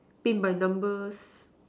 paint by numbers